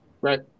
Right